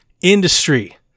industry